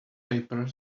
paper